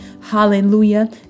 Hallelujah